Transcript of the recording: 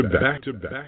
Back-to-back